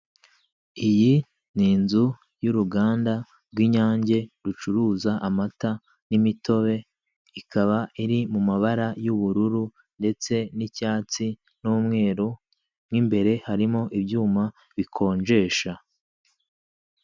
Iyi ni inzu y'uruganda rw'inyange rucuruza amata n'imitobe, ikaba iri mu mabara y'ubururu ndetse n'icyatsi n'umweru mu imbere harimo ibyuma bikonjesha.